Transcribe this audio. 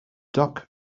duck